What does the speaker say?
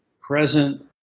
present